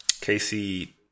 Casey